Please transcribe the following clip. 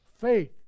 Faith